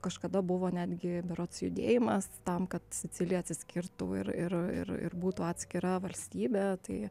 kažkada buvo netgi berods judėjimas tam kad sicilija atsiskirtų ir ir ir būtų atskira valstybė tai